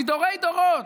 מדורי דורות.